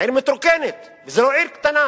העיר מתרוקנת, וזו לא עיר קטנה.